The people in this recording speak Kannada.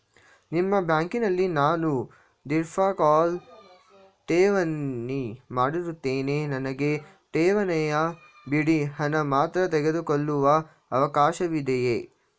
ನಿಮ್ಮ ಬ್ಯಾಂಕಿನಲ್ಲಿ ನಾನು ಧೀರ್ಘಕಾಲ ಠೇವಣಿ ಮಾಡಿರುತ್ತೇನೆ ನನಗೆ ಠೇವಣಿಯ ಬಡ್ಡಿ ಹಣ ಮಾತ್ರ ತೆಗೆದುಕೊಳ್ಳುವ ಅವಕಾಶವಿದೆಯೇ?